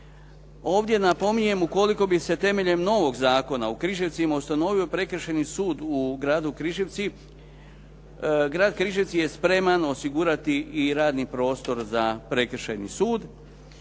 Ovdje napominjem ukoliko bi se temeljem novog zakona u Križevcima ustanovio Prekršajni sud u gradu Križevci. Grad Križevci je spreman osigurati i radni prostor za prekršajni sud.